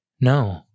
No